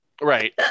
Right